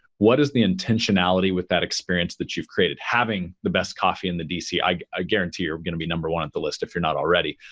what is the intentionality with that experience that you've created having the best coffee in the dc? i ah guarantee you're going to be number one at the list if you're not already.